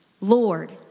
Lord